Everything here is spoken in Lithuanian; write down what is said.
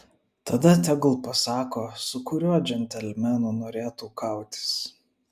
tada tegul pasako su kuriuo džentelmenu norėtų kautis